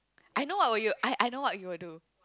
I know what will you I I know what you will do